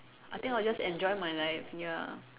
I think I will just enjoy my life ya